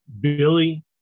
Billy